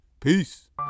Peace